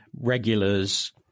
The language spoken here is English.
regulars